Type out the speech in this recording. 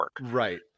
Right